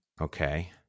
okay